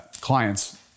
clients